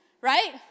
right